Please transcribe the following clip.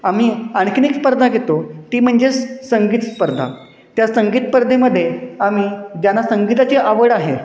आम्ही आणखी एक स्पर्धा घेतो ती म्हणजेच संगीत स्पर्धा त्या संगीत स्पर्धेमध्ये आम्ही ज्याना संगीताची आवड आहे